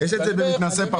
יש את זה במתנשא פחות?